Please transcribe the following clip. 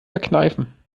verkneifen